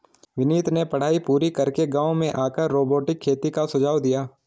विनीत ने पढ़ाई पूरी करके गांव में आकर रोबोटिक खेती का सुझाव दिया